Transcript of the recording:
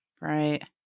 Right